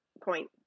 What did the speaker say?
point